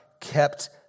Kept